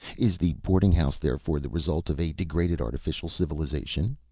is the boarding-house, therefore, the result of a degraded, artificial civilization?